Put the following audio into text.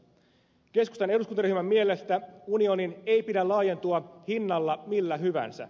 keskustan eduskuntaryhmän mielestä unionin ei pidä laajentua hinnalla millä hyvänsä